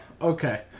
Okay